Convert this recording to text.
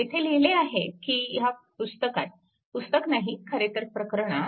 येथे लिहिले आहे की ह्या पुस्तकात पुस्तक नाही खरेतर प्रकरणात